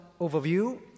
overview